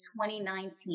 2019